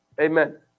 Amen